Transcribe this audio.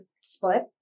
split